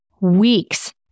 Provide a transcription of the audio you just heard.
weeks